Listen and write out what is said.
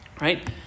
right